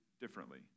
differently